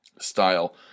style